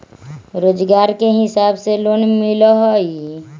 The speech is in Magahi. रोजगार के हिसाब से लोन मिलहई?